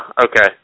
Okay